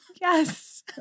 Yes